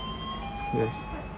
yes